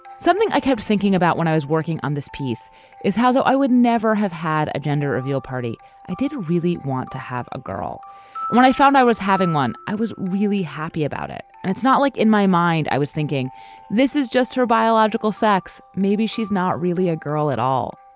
something i kept thinking about when i was working on this piece is how though i would never have had a gender reveal party i didn't really want to have a girl when i found i was having one i was really happy about it. and it's not like in my mind i was thinking this is just her biological sex maybe she's not really a girl at all